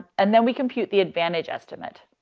and then we compute the advantage estimate.